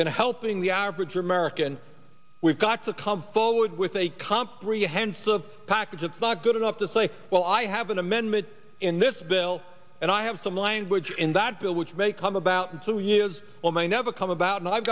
in helping the average american we've got to come forward with a comprehensive package it's not good enough to say well i have an amendment in this bill and i have some language in that bill which may come about two years or may never come about and i've